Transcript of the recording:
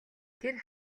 тэр